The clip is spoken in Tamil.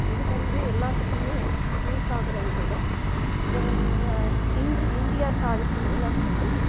இது வந்து எல்லாத்துக்குமே யூஸ் ஆகிற இது தான் இதை வந்து நாங்கள் இன்று இந்தியா சாதிக்கும் எல்லாம் வந்து